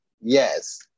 yes